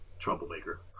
troublemaker